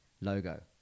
logo